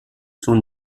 son